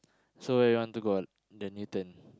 so you want to go the Newton